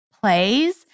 plays